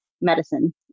medicine